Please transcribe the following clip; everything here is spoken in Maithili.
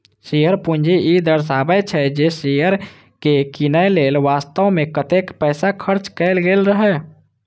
शेयर पूंजी ई दर्शाबै छै, जे शेयर कें कीनय लेल वास्तव मे कतेक पैसा खर्च कैल गेल रहै